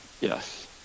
yes